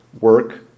work